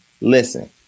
Listen